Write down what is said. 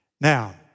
now